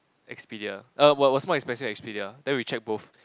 Expedia err was was more expensive than Expedia then we check both